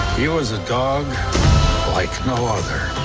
he was a dog like no other.